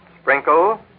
Sprinkle